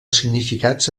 significats